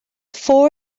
four